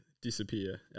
disappear